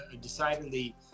decidedly